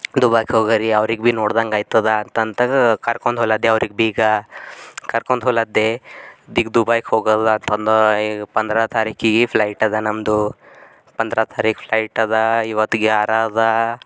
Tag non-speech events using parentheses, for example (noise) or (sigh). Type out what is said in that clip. ದುಬೈಗೆ ಹೋಗಿರಿ ಅವ್ರಿಗೆ ಭೀ ನೋಡ್ದಂತಾಗ್ತದ ಅಂತಂತ ಕರ್ಕೊಂಡು (unintelligible) ಅವ್ರಿಗೆ ಬೀಗ ಕರ್ಕೊಂಡು ಹೊಲದ್ದೇ ಈಗ ದುಬೈಗೆ ಹೋಗಲ್ಲ ಅಂತಂದು ಈಗ ಪಂದ್ರಹ ತಾರೀಕಿಗೆ ಫ್ಲೈಟ್ ಅದ ನಮ್ಮದು ಪಂದ್ರಹ ತಾರೀಕು ಫ್ಲೈಟ್ ಅದಾ ಇವತ್ತಿಗೆ ಯಾರಾದಾ